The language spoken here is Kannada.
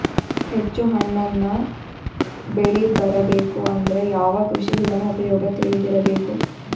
ಹೆಚ್ಚು ಹಣ್ಣನ್ನ ಬೆಳಿ ಬರಬೇಕು ಅಂದ್ರ ಯಾವ ಕೃಷಿ ವಿಧಾನ ಉಪಯೋಗ ತಿಳಿದಿರಬೇಕು?